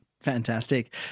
Fantastic